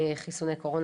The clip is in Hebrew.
חיסוני קורונה,